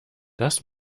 das